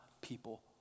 people